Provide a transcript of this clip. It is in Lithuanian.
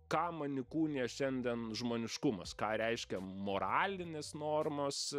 ką man įkūnija šiandien žmoniškumas ką reiškia moralinės normos